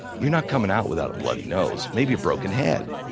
you're not coming out without a bloody nose, maybe a broken head,